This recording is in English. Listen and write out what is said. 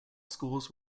schools